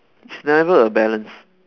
it's never a balance